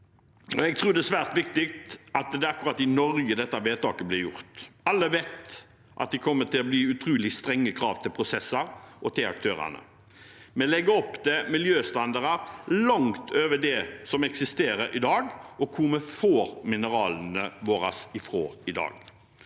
Jeg tror det er svært viktig at det er akkurat i Norge dette vedtaket blir gjort. Alle vet at det kommer til å bli utrolig strenge krav til prosesser og til aktørene. Vi legger opp til miljøstandarder langt over det som eksisterer i dag, og der vi får mineralene våre fra i dag.